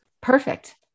Perfect